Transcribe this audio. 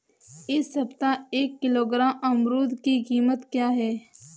इस सप्ताह एक किलोग्राम अमरूद की कीमत क्या है?